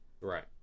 Right